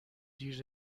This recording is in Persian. دیر